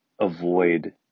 avoid